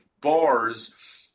bars